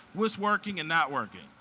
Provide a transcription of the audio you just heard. what's working and not working.